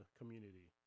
community